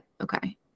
Okay